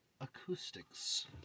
acoustics